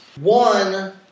One